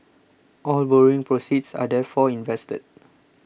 all borrowing proceeds are therefore invested